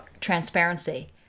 transparency